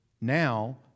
now